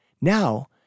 Now